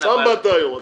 סתם באת היום.